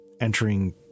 entering